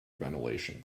ventilation